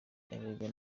erega